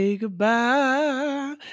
goodbye